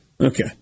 Okay